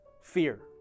fear